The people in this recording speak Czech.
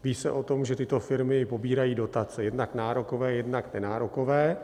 Ví se o tom, že tyto firmy pobírají dotace, jednak nárokové, jednak nenárokové.